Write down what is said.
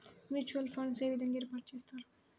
Mutual funds ఏ విధంగా ఏర్పాటు చేస్తారు?